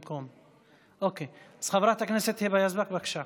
זו פעם ראשונה שאני מדברת ואתה על הדוכן כיושב-ראש.